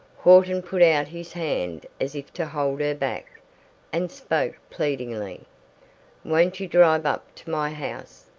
horton put out his hand as if to hold her back and spoke pleadingly won't you drive up to my house,